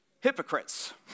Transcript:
hypocrites